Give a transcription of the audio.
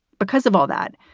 because of all that,